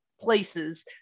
places